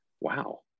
wow